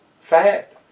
fat